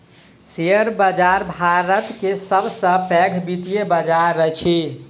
share बाजार भारत के सब सॅ पैघ वित्तीय बजार अछि